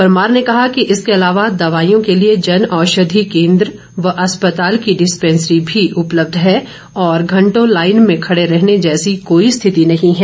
परमार ने कहा कि इसके अलावा दवाइयों के लिए जन औषधि केंद्र व अस्पताल की डिस्पेन्सरी भी उपलब्ध है और घण्टों लाईन में खड़े रहने जैसी कोई स्थिति नही है